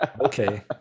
okay